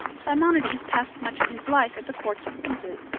simonides passed much of his life at the courts of princes,